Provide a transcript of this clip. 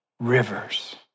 Rivers